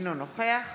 אינו נוכח